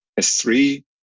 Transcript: S3